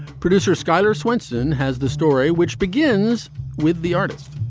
producer skyler swenson has the story, which begins with the artist